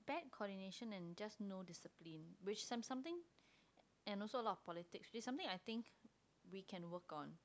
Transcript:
nad coordination and just no discipline which some~ something and also a lot of politics which is something I think we can work on